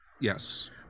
yes